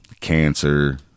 cancer